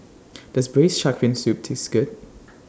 Does Braised Shark Fin Soup Taste Good